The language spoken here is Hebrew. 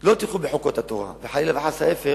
לא תלכו בחוקות התורה, וחלילה וחס ההיפך,